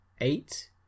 eight